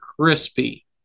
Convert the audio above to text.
crispy